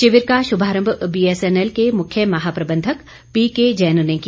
शिविर का शुभारम्भ बीएसएनएल के मुख्य महाप्रबंधक पीके जैन ने किया